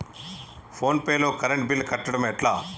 Phone pay లో current bill కట్టడం ఎట్లా?